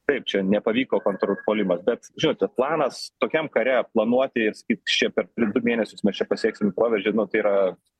taip čia nepavyko kontrpuolimas bet žinote planas tokiam kare planuoti ir sakyt čia per du mėnesius mes čia pasieksim proveržį nu tai yra